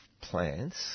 plants